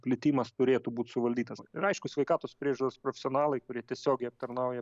plitimas turėtų būt suvaldytas ir aišku sveikatos priežiūros profesionalai kurie tiesiogiai aptarnauja